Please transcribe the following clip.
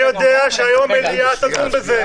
אני יודע שהיום המליאה תדון בזה,